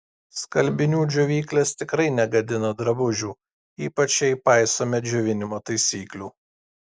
skalbinių džiovyklės tikrai negadina drabužių ypač jei paisome džiovinimo taisyklių